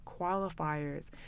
qualifiers